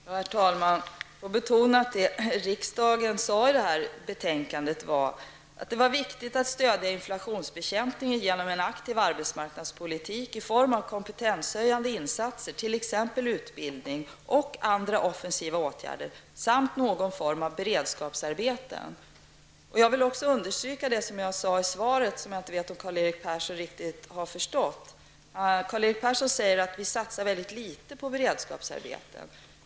Herr talman! Jag betonar att utskottet skrev i betänkandet att det var viktigt att stödja inflationsbekämpningen genom en aktiv arbetsmarknadspolitik i form av kompetenshöjande insatser, t.ex. utbildning, och andra offensiva åtgärder samt någon form av beredskapsarbeten. Jag vill också understryka det jag sade i svaret och som jag inte vet om Karl-Erik Persson riktigt förstod. Karl-Erik Persson säger att regeringen satsar litet på beredskapsarbeten.